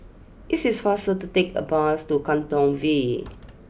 is is faster to take the bus to Katong V